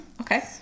okay